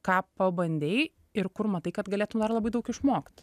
ką pabandei ir kur matai kad galėtum dar labai daug išmokt